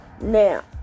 Now